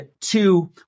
two